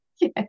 Yes